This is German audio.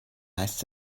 heißt